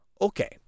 okay